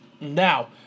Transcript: now